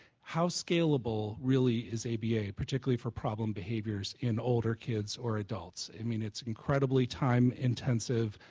how scalable really is aba? particularly for problem behaviors in older kids or adults, i mean it's incredibly time intensive,